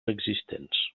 existents